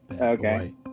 Okay